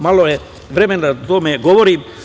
Malo je vremena da o tome govorim.